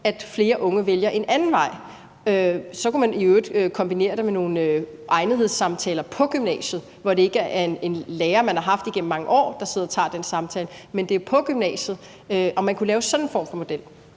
at flere unge vælger en anden vej? Så kunne man i øvrigt kombinere det med nogle egnethedssamtaler på gymnasiet, hvor det ikke er en lærer, man har haft i mange år, man skal have den samtale med, men det foregår på gymnasiet. Kunne man lave sådan en form for model?